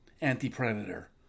anti-predator